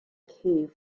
cave